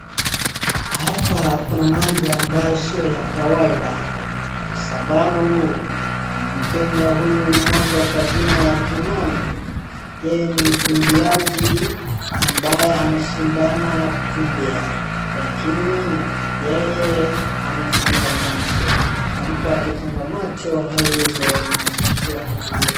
Hapa kuna mambo ambayo sio ya kawaida, kwa sababu Mkenya huyu mmoja kwa jina ya Kimani, yeye ni mkimbiaji ambaye anashindana kukimbia. Lakini yeye amefunga macho, na mtu akifunga macho hawezi ona, sijui atakimbia.